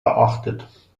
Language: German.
beachtet